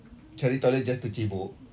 cari toilet just to cebok